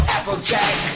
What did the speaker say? Applejack